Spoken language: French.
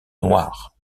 noir